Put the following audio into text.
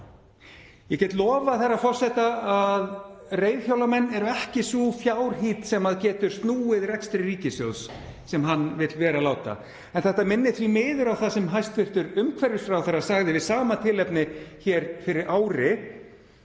Ég get lofað herra forseta að reiðhjólamenn eru ekki sú fjárhít sem getur snúið rekstri ríkissjóðs sem hann vill vera láta. Þetta minnir því miður á það sem hæstv. umhverfisráðherra sagði við sama tilefni fyrir ári